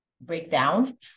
breakdown